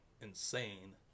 insane